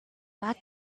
that